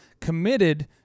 committed